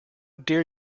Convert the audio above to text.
dare